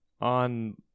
on